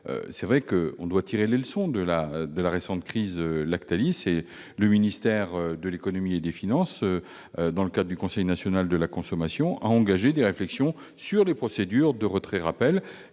est vrai que nous devons tirer les leçons de la récente crise chez Lactalis. Le ministère de l'économie et des finances, dans le cadre du Conseil national de la consommation, a engagé des réflexions sur les procédures de retrait et